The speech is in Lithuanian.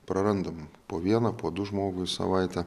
prarandam po vieną po du žmogu į savaitę